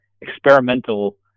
experimental